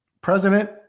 president